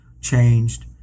changed